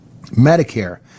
Medicare